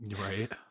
Right